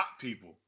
people